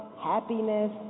happiness